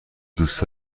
دوست